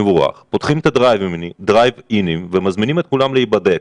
מבורך פותחים את הדרייב-אינים ומזמינים את כולם להיבדק.